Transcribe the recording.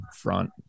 front